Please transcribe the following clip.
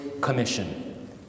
Commission